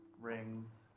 Rings